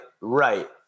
right